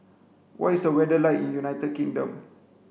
what is the weather like in United Kingdom